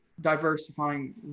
diversifying